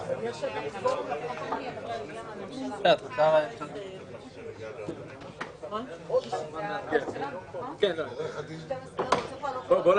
12:10.